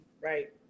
right